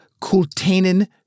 kultainen